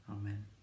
Amen